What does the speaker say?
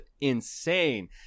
insane